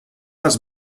dels